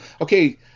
okay